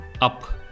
up